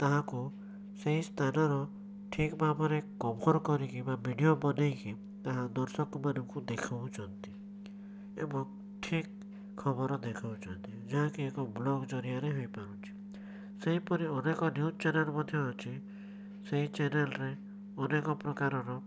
ତାହାକୁ ସେହି ସ୍ଥାନରୁ ଠିକ ଭାବରେ କଭର କରିକି ବା ଭିଡ଼ିଓ ବନେଇକି ତାହା ଦର୍ଶକମାନଙ୍କୁ ଦେଖାଉଛନ୍ତି ଏବଂ ଠିକ ଖବର ଦେଖାଉଛନ୍ତି ଯାହାକି ଏକ ବ୍ଲଗ୍ ଜରିଆରେ ହେଇପାରୁଛି ସେହିପରି ଅନେକ ନ୍ୟୁଜ୍ ଚ୍ୟାନେଲ୍ ମଧ୍ୟ ଅଛି ସେହି ଚ୍ୟାନେଲ୍ରେ ଅନେକ ପ୍ରକାରର